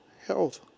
health